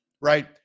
right